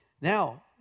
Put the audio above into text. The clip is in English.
Now